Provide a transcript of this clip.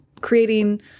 creating